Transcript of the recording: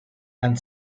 and